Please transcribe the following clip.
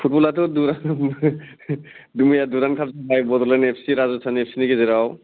फुटबलाट' Durand मैया Durand cup Bodoland एपचि राजस्तान एपचिनि गेजेराव